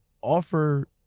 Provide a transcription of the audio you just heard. offer